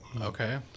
Okay